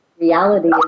reality